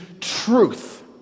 truth